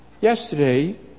Yesterday